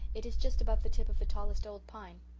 it is just above the tip of the tallest old pine.